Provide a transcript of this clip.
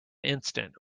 instant